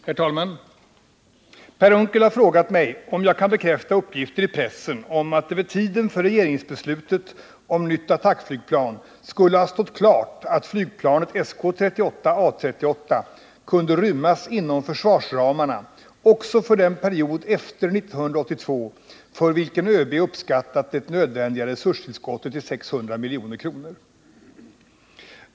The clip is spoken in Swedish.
Herr talman! Per Unckel har frågat mig om jag kan bekräfta uppgifter i pressen om att det vid tiden för regeringsbeslutet om ett nytt attackflygplan skulle ha stått klart att flygplanet SK 38/A 38 kunde rymmas inom försvarsramarna också för den period efter 1982 för vilken överbefälhavaren uppskattat det nödvändiga resurstillskottet till 600 milj.kr.